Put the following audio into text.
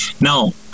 Now